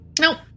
Nope